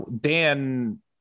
Dan